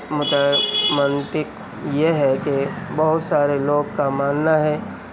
مطلب منطق یہ ہے کہ بہت سارے لوگ کا ماننا ہے